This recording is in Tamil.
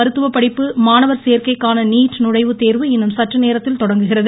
மருத்துவபடிப்பு மாணவர் சேர்க்கைக்கான நீட் நுழைவு தோ்வு இன்னும் சற்றுநேரத்தில் தொடங்குகிறது